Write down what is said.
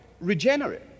regenerate